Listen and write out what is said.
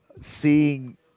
Seeing